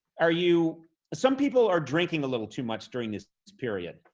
are you some people are drinking a little too much during this period,